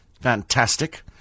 Fantastic